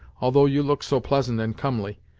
although you look so pleasant and comely,